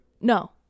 No